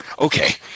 Okay